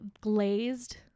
glazed